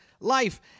Life